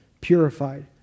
purified